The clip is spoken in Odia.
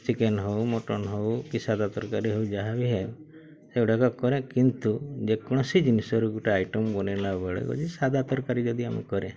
ଚିକେନ୍ ହଉ ମଟନ୍ ହଉ କି ସାଦା ତରକାରୀ ହଉ ଯାହା ବି ହେଉ ସେଗୁଡ଼ାକ କରେ କିନ୍ତୁ ଯେକୌଣସି ଜିନିଷରୁ ଗୋଟେ ଆଇଟମ୍ ବନାଇଲା ବେଳେ ଗୋଟେ ସାଦା ତରକାରୀ ଯଦି ଆମେ କରେ